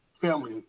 family